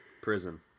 prison